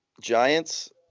Giants